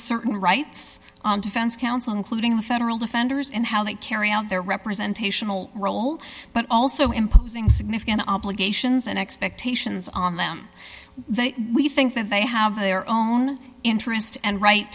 certain rights on defense council including the federal defenders in how they carry out their representation all role but also imposing significant obligations and expectations on them we think that they have their own interest and ri